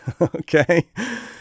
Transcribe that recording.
Okay